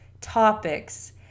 topics